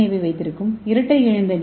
ஏவை வைத்திருக்கும் இரட்டை இழைந்த டி